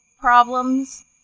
problems